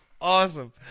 Awesome